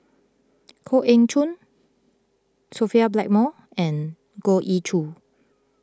Koh Eng Hoon Sophia Blackmore and Goh Ee Choo